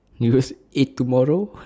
you eat tomorrow